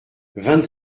vingt